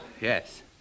yes